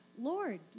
Lord